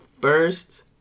first